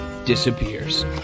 disappears